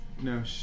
No